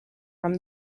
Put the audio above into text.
from